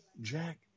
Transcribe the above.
jack